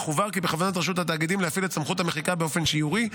אך הובהר כי בכוונת רשות התאגידים להפעיל את סמכות המחיקה באופן שיורי,